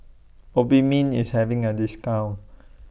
Obimin IS having A discount